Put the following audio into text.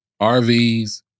RVs